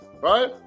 right